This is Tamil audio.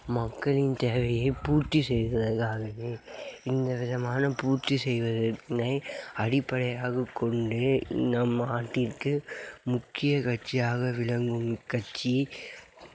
மக்களின் தேவையை பூர்த்தி செய்வதற்காகவே இந்த விதமான பூர்த்தி செய்வதனை அடிப்படையாக கொண்டு நம் நாட்டிற்கு முக்கிய கட்சியாக விளங்கும் கட்சி